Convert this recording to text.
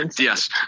Yes